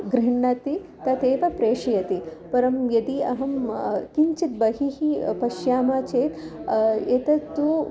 गृह्णन्ति तदेव प्रेषयन्ति परं यदि अहं किञ्चित् बहिः पश्यामः चेत् एतत्तु